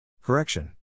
Correction